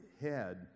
head